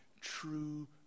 true